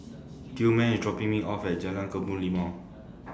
Tillman IS dropping Me off At Jalan Kebun Limau